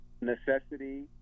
Necessity